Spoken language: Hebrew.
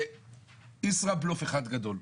זה "ישראבלוף" אחד גדול.